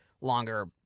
longer